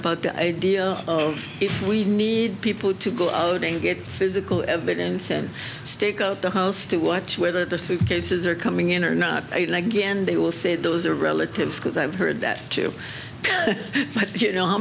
about the idea of if we need people to go out and get physical evidence and stick up the house to watch whether the suitcases are coming in or not again they will say those are relatives because i've heard that too you know how